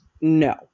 no